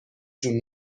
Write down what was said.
جون